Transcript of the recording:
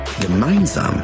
Gemeinsam